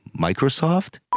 Microsoft